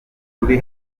ruri